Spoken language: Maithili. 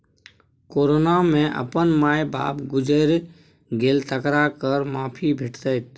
कोरोना मे अपन माय बाप गुजैर गेल तकरा कर माफी भेटत